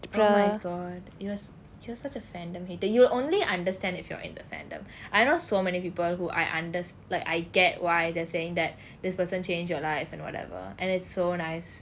oh my god your s~ you're such a fandom hater you'll only understand if you are in the fandom I know so many people who I unders~ like I get why they're saying that this person changed your life and whatever and it's so nice